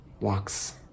walks